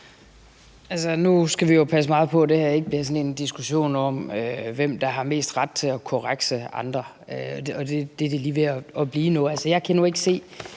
Nu skal vi jo passe meget på, at det her ikke bliver sådan en diskussion om, hvem der har mest ret til at korrekse andre. Det er det lige ved at blive nu. Altså, jeg kan nu ikke se,